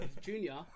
Junior